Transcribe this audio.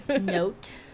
note